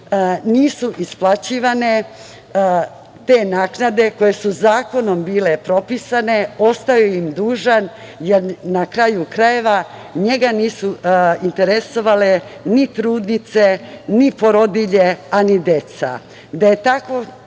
nisu isplaćivane te naknade koje su zakonom bile propisane. Ostao im je dužan, jer njega nisu interesovale ni trudnice, ni porodilje, a ni deca.